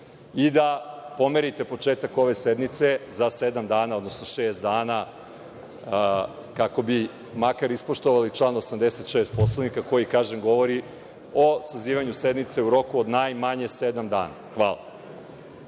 i da pomerite početak ove sednice za sedam dana, odnosno šest dana, kako bi makar ispoštovali član 86. Poslovnika koji govori o sazivanju sednice u roku od najmanje sedam dana. Hvala.